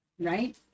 right